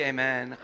Amen